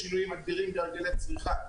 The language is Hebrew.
יש שינויים אדירים בהרגלי הצריכה,